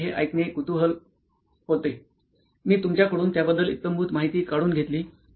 माझ्यासाठी हे ऐकणं कुतूहल होत मी तुमच्याकडून त्याबद्दल इत्यंभूत माहिती काढून घेतली